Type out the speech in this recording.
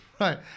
Right